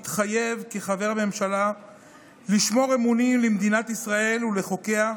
מתחייב כחבר ממשלה לשמור אמונים למדינת ישראל ולחוקיה,